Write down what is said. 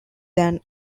than